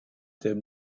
der